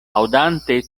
aŭdante